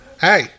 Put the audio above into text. Hey